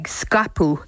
scapu